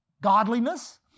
godliness